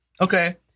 okay